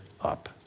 up